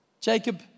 Jacob